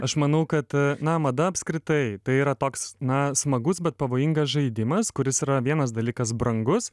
aš manau kad na mada apskritai tai yra toks na smagus bet pavojingas žaidimas kuris yra vienas dalykas brangus